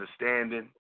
understanding